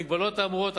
המגבלות האמורות,